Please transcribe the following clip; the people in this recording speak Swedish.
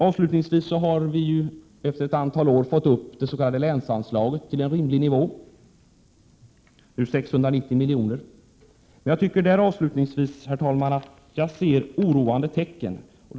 Avslutningsvis har vi efter ett antal år höjt det s.k. länsanslaget till en rimlig nivå, 690 milj.kr., men jag tycker att jag ser oroande tecken, herr talman.